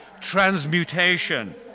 transmutation